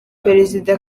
perezida